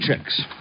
checks